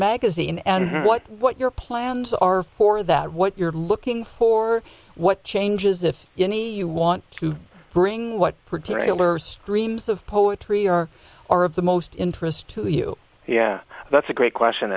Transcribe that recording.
magazine and what what your plans are for that what you're looking for what changes if any you want to bring what particular streams of poetry are or of the most interest to you yeah that's a great question